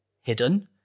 hidden